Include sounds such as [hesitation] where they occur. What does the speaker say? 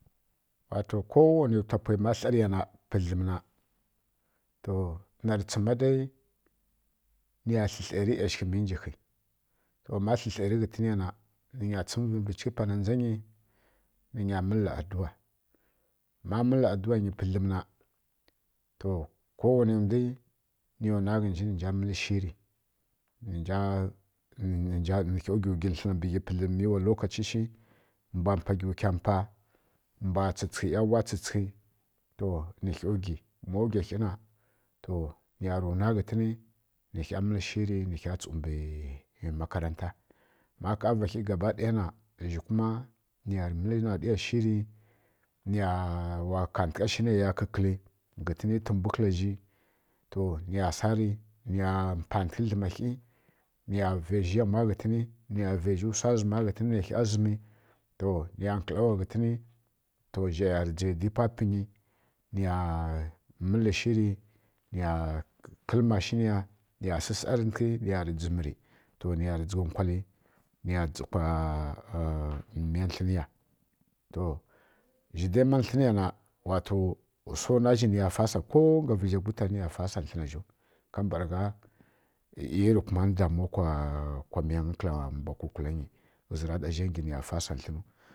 Wato kowanau wta pai ma tlarǝ ya pǝdlǝm na to nari tsima dai niyarǝ tlǝtlai rǝ yshǝghǝ to ma tlairǝ ghintǝn ya na nǝnyarǝ tsǝmvi mbǝ chyǝgha gutani ninya mǝllǝ aduwa ma mǝllǝ aduwa nyi pǝdlǝm na to kowanai ndwi niya nwna ghǝnji nǝja mǝlǝ shiri nǝkha nǝkha wgyu wgyu tlǝna mbǝ ghi mi wa lokachi shi mbwa mpa gyukya mpa, mbwa tsǝtsǝghǝ ˈyaghwa tsǝtsǝghǝ nǝ kha wgyi ma wgya khi na to niyarǝ wna ghǝtǝni nǝ kowanai ndwa mǝllǝ shiri nǝnja tsu mbǝ makaranta ma ƙava khi gaba ɗaya na to niyarǝ tlǝ niya wa kantǝgha shi neya kǝkǝli ghǝntǝna kwui to niya sari niya mpatǝghǝ dlǝma khi niya vaizhǝ yamwa ghǝntǝni niya vaizhǝ wsa zǝma ghǝtǝn na zǝmi to niya ƙǝlowa ghǝtǝni to zhai ya dzɑi di pwa pǝnyi niya mǝllǝ shiri niya kǝl mashǝnya niya sǝsarintǝghi niyari zdǝmri niya dzǝgha nkwali niya dzi kwa [hesitation] miya tlǝni ya to zhidai ma tlǝnǝyan wsa nwa kazhǝ niya fasa ko nga vǝzhi wgutanu kambǝragha ayi rǝ kumanǝ damuwa kǝla mbwa kwukwuli ghǝzǝ ra ɗa zhangi niya fasa tlǝnu